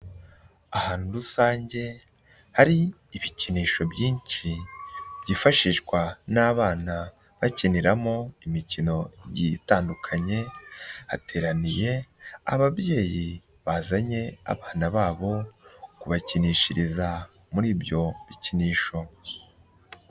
Ahantu rusange hari ibikinisho byinshi byifashishwa n'abana bakiniramo imikino itandukanye, hateraniye ababyeyi bazanye abana babo kubakinishiriza muri ibyo bikinisho.